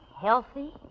healthy